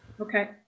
Okay